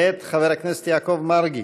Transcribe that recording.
מאת חבר הכנסת יעקב מרגי.